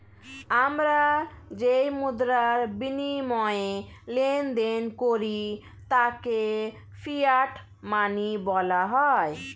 আমরা যেই মুদ্রার বিনিময়ে লেনদেন করি তাকে ফিয়াট মানি বলা হয়